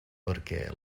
perquè